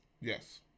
Yes